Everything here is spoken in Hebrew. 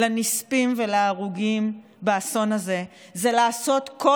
לנספים ולהרוגים באסון הזה זה לעשות כל